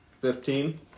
Fifteen